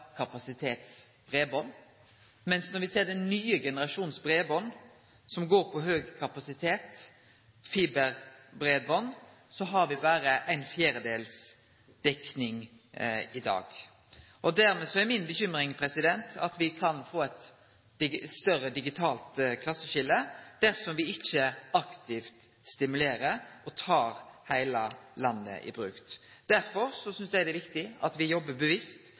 mens når me ser på den nye generasjons breiband, som har høg kapasitet – fiberbreiband – har me berre ei fjerdedels dekning i dag. Derfor er mi bekymring at me kan få eit større digitalt klasseskilje dersom me ikkje aktivt stimulerer til utbygging, og tek heile landet i bruk. Derfor synest eg det er viktig at